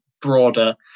broader